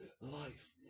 life